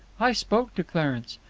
i spoke to clarence.